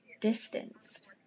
distanced